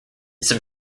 some